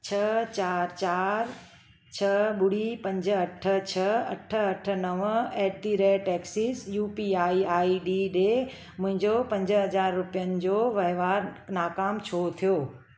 छह चारि चारि छह ॿुड़ी पंज अठ छह अठ अठ नव at the rate Axis U P I I D ॾे मुंहिंजो पंज हज़ार रुपयनि जो वहिंवार नाकाम छो थियो